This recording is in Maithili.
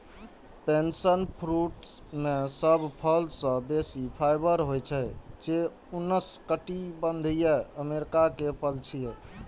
पैशन फ्रूट मे सब फल सं बेसी फाइबर होइ छै, जे उष्णकटिबंधीय अमेरिका के फल छियै